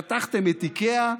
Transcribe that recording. פתחתם את איקאה,